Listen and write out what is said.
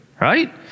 right